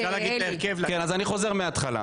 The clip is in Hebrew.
אז אני חוזר מההתחלה: